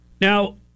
Now